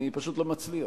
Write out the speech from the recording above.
אני פשוט לא מצליח.